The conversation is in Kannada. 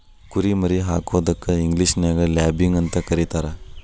ಕುರಿ ಮರಿ ಹಾಕೋದಕ್ಕ ಇಂಗ್ಲೇಷನ್ಯಾಗ ಲ್ಯಾಬಿಂಗ್ ಅಂತ ಕರೇತಾರ